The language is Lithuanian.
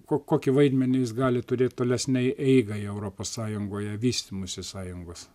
ko kokį vaidmenį jis gali turėt tolesnei eigai europos sąjungoje vystymosi sąjungos